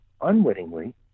unwittingly